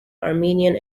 armenian